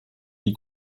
die